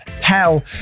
hell